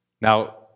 Now